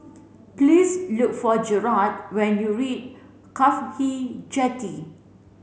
please look for Gerald when you reach CAFHI Jetty